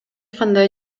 кандай